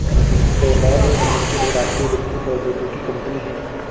PayPal एक अमेरिकी बहुराष्ट्रीय वित्तीय प्रौद्योगिकी कंपनी है